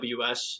AWS